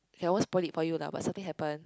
I won't spoil it for you lah but something happens